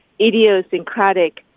idiosyncratic